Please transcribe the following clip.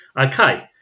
Okay